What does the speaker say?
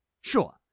sure